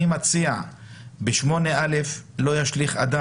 אני מציע שבסעיף 8(א): לא ישליך אדם